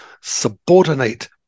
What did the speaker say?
subordinate